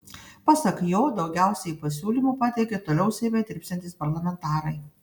pasak jo daugiausiai pasiūlymų pateikė toliau seime dirbsiantys parlamentarai